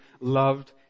loved